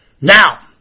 Now